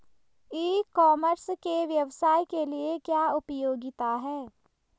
ई commerce के व्यवसाय के लिए क्या उपयोगिता है?